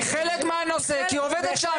היא חלק מהנושא, כי היא עובדת שם.